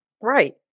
Right